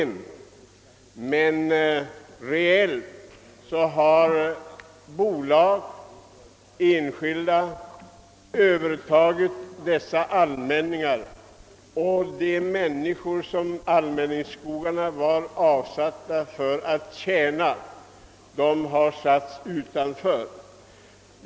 Reellt har emellertid bolag och enskilda personer fått inflytande över allmänningsskogarna, och de människor till vilkas nytta allmänningsskogarna avsattes har fått mindre möjligheter att göra sina intressen gällande.